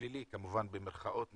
השלילי כמובן, במרכאות מכופלות,